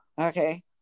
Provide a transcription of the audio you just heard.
okay